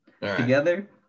Together